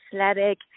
athletic